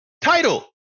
title